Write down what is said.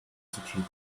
sicilia